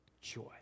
joy